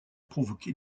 provoqué